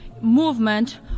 movement